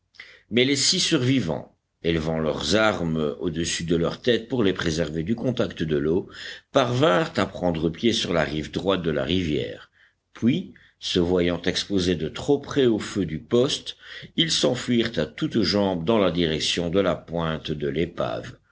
mais les six survivants élevant leurs armes au-dessus de leur tête pour les préserver du contact de l'eau parvinrent à prendre pied sur la rive droite de la rivière puis se voyant exposés de trop près au feu du poste ils s'enfuirent à toutes jambes dans la direction de la pointe de l'épave